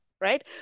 right